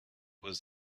was